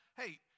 hey